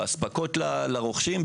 באספקות לרוכשים,